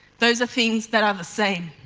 those are things that are the same.